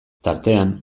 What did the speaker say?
tartean